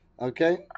Okay